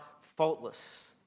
faultless